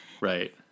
Right